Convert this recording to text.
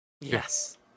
yes